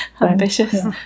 Ambitious